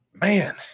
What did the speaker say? man